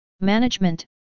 management